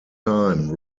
time